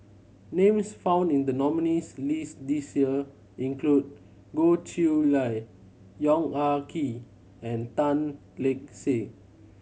names found in the nominees' list this year include Goh Chiew Lye Yong Ah Kee and Tan Lark Sye